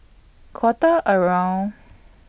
Quarter around